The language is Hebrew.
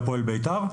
"הפועל" ו"ביתר",